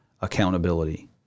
accountability